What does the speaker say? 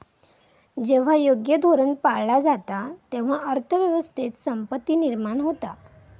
जेव्हा योग्य धोरण पाळला जाता, तेव्हा अर्थ व्यवस्थेत संपत्ती निर्माण होता